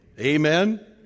Amen